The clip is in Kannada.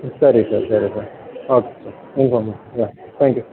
ಸರಿ ಸರ್ ಸರಿ ಸರ್ ಓಕೆ ಹ್ಞೂ ಹ್ಞೂ ಓ ತ್ಯಾಂಕ್ ಯು